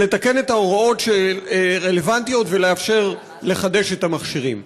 לתקן את ההוראות הרלוונטיות ולאפשר לחדש את המכשירים.